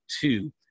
two